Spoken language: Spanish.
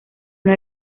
una